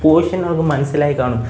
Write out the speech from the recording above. portion അവർക്ക് മനസ്സിലായി കാണും